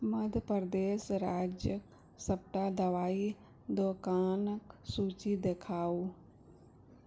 मध्य प्रदेश राज्यके सबटा दवाइ दोकानके सूचि देखाउ